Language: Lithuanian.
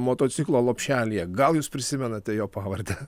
motociklo lopšelyje gal jūs prisimenate jo pavardę